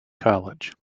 college